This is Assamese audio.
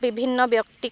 বিভিন্ন ব্যক্তিক